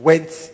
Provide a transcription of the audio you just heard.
Went